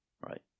right